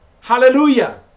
Hallelujah